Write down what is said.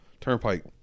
Turnpike